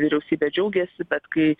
vyriausybė džiaugėsi bet kai